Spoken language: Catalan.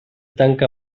tanca